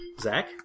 Zach